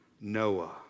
Noah